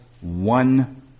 one